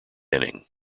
inning